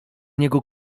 niego